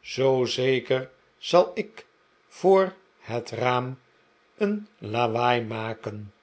zoo zeker zal ik voor het raam een lawaai maken